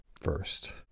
first